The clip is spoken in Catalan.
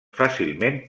fàcilment